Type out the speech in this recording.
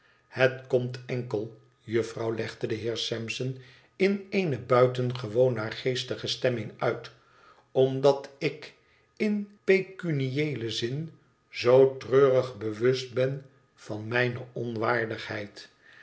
het komt enkel juffrouw legde de heer sampson in eene buitengewoon naargeestige stemming uit omdat ik in pecunieelen zin zoo treurig bewust ben van mijne